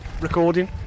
recording